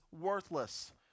worthless